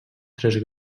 tres